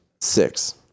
six